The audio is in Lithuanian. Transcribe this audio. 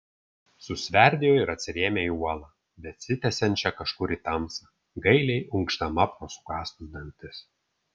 susverdėjo ir atsirėmė į uolą besitęsiančią kažkur į tamsą gailiai unkšdama pro sukąstus dantis